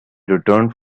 returned